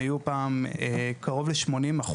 הם היו פעם קרוב ל-80%.